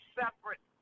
separate